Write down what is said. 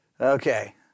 Okay